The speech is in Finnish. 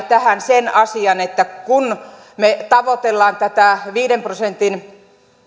tähän vielä sen asian että kun me tavoittelemme tätä viiden prosentin